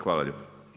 Hvala lijepo.